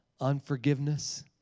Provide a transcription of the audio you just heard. unforgiveness